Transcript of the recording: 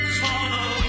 follow